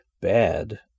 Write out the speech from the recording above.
bad